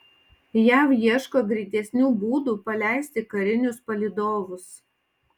jav ieško greitesnių būdų paleisti karinius palydovus